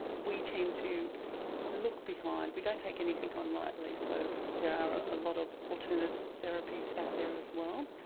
we tend to look behind, we don't take anything on lightly so there are a lot of alternative therapies out there as well,